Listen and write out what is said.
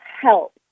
help